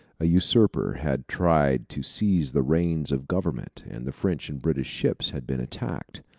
a usurper had tried to seize the reins of government, and the french and british ships had been attacked.